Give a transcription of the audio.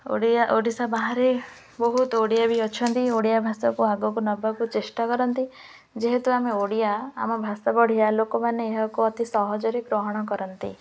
ଓଡ଼ିଆ ଓଡ଼ିଶା ବାହାରେ ବହୁତ ଓଡ଼ିଆ ବି ଅଛନ୍ତି ଓଡ଼ିଆ ଭାଷାକୁ ଆଗକୁ ନେବାକୁ ଚେଷ୍ଟା କରନ୍ତି ଯେହେତୁ ଆମେ ଓଡ଼ିଆ ଆମ ଭାଷା ବଢ଼ିଆ ଲୋକମାନେ ଏହାକୁ ଅତି ସହଜରେ ଗ୍ରହଣ କରନ୍ତି